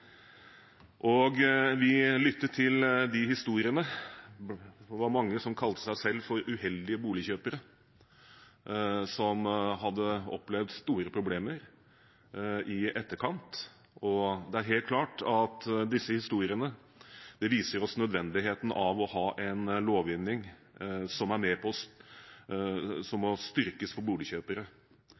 hjemmet. Vi lyttet til de historiene. Mange kalte seg selv uheldige boligkjøpere, som hadde opplevd store problemer i etterkant. Det er helt klart at disse historiene viser oss nødvendigheten av å styrke lovgivningen for boligkjøpere.